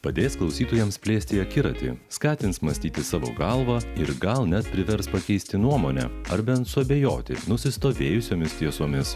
padės klausytojams plėsti akiratį skatins mąstyti savo galva ir gal net privers pakeisti nuomonę ar bent suabejoti nusistovėjusiomis tiesomis